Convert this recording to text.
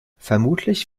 vermutlich